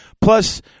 Plus